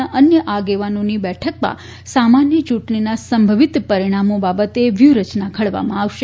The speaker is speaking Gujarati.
ના અન્ય આગેવાનોની બેઠકમાં સામાન્ય ચૂંટણીના સંભવિત પરિણામો બાબતે વ્યુહ રચના ઘડવામાં આવશે